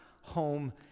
home